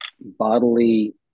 bodily